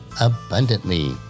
abundantly